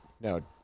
no